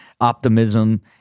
optimism